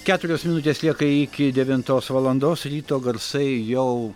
keturios minutės lieka iki devintos valandos ryto garsai jau